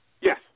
Yes